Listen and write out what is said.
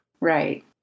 Right